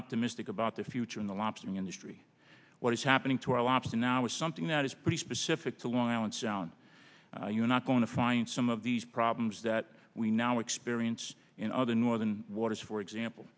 optimistic about the future in the lobstering industry what is happening to our lobster now is something that is pretty specific to long island sound you're not going to find some of these problems that we now experience in other northern waters for example